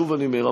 שוב אני אומר,